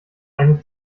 eine